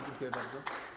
Dziękuję bardzo.